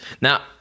Now